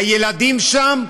הילדים שם,